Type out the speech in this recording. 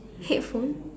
headphone